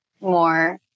more